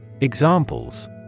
Examples